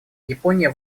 япония